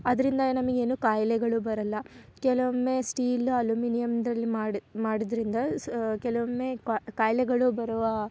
ಅದರಿಂದ ನಮಗೇನು ಖಾಯ್ಲೆಗಳು ಬರೋಲ್ಲ ಕೆಲವೊಮ್ಮೆ ಸ್ಟೀಲ್ ಅಲುಮಿನಿಯಂದ್ರಲ್ಲಿ ಮಾಡು ಮಾಡಿದ್ರಿಂದ ಸಹ ಕೆಲವೊಮ್ಮೆ ಖಾಯ್ಲೆಗಳು ಬರುವ